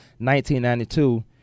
1992